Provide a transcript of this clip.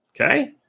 Okay